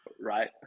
Right